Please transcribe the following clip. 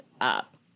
up